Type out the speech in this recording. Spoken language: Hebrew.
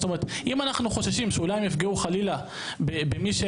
אם אנחנו חוששים שאולי הם יפגעו חלילה בקרוב